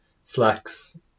slacks